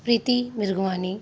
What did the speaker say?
Preeti Mirgwani